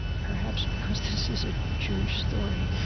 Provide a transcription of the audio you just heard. perhaps because this is a jewish story,